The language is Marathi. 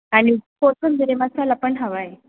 आणि पोसंबिरी मसाला पण हवा आहे